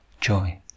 joy